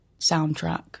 soundtrack